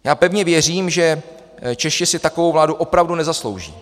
Já pevně věřím, že Češi si takovou vládu opravdu nezaslouží.